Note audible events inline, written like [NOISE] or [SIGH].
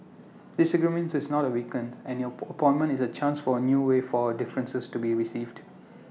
disagreement is not the weaken and your [UNINTELLIGIBLE] appointment is A chance for A new way for our differences to be received